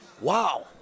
Wow